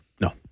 No